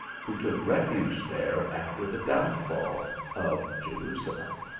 who took refuge there after the downfall of jerusalem.